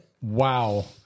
Wow